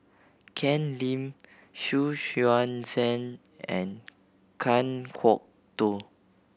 Ken Lim Xu Yuan Zhen and Kan Kwok Toh